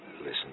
Listen